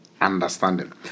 understanding